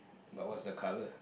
but what's the color